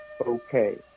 okay